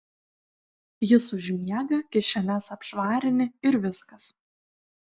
jis užmiega kišenes apšvarini ir viskas